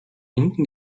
unten